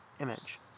image